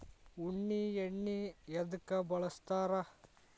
ಉಣ್ಣಿ ಎಣ್ಣಿ ಎದ್ಕ ಬಳಸ್ತಾರ್?